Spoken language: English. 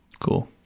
Cool